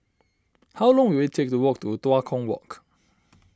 how long will it take to walk to Tua Kong Walk